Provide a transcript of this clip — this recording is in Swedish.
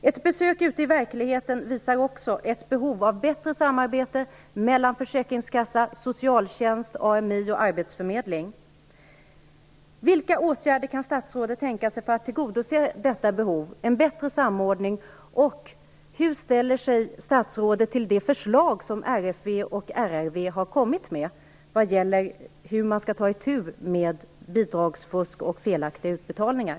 Ett besök ute i verkligheten visar också på ett behov av bättre samarbete mellan Försäkringskassa, socialtjänst, AMI och arbetsförmedling. Vilka åtgärder kan statsrådet tänka sig att vidta för att tillgodose behovet av en bättre samordning? Hur ställer sig statsrådet till det förslag som RFV och RRV har lagt fram för att ta itu med bidragsfusk och felaktiga utbetalningar?